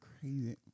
Crazy